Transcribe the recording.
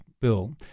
bill